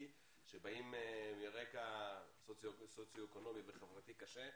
שבאים מרקע סוציו-אקונומי וחברתי קשה,